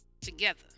Together